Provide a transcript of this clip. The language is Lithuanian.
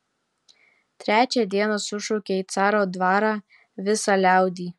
trečią dieną sušaukė į caro dvarą visą liaudį